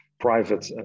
private